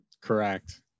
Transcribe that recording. Correct